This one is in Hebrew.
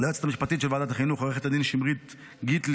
ליועצת המשפטית של ועדת החינוך עו"ד שמרית גיטלין,